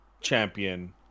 champion